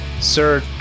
sir